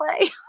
play